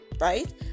right